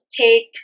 take